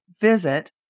visit